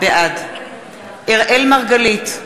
בעד אראל מרגלית,